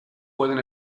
pueden